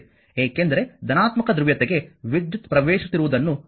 ಏಕೆಂದರೆ ಧನಾತ್ಮಕ ಧ್ರುವೀಯತೆಗೆ ವಿದ್ಯುತ್ ಪ್ರವೇಶಿಸುತ್ತಿರುವುದನ್ನು ಎಲ್ಲೆಡೆ ನೋಡಲಾಗುತ್ತದೆ